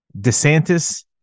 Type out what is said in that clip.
DeSantis